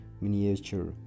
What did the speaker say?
miniature